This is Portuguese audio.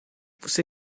você